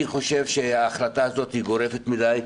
אני חושב שההחלטה הזו היא גורפת מדי,